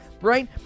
right